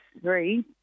three